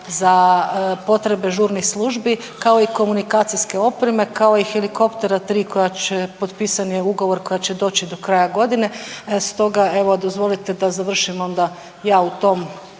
za potrebe žurnih službi kao i komunikacijske opreme, kao i helikoptera tri koja će potpisani ugovor, koja će doći do kraja godine. Stoga evo dozvolite da završim onda ja u tom